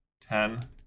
ten